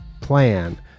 plan